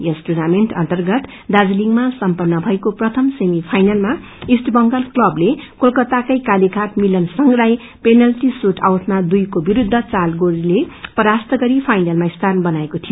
यस tournament अर्न्तगत दार्जीलिङमा सम्पन्न मएको प्रथम सेमी फाइनलमा इष्ट बेंगल क्लबले कोलकाताको कालीघाट मिलन संघलाई पेनल्टी सुट आउटमा दुद्र को विरूद्ध चार गोलले परास्त गरि फाइनलमा स्थान बनाएको थियो